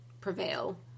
prevail